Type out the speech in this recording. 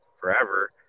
forever